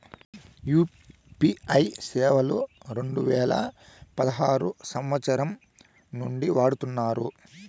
UPI సేవలు రెండు వేల పదహారు సంవచ్చరం నుండి వాడుతున్నారు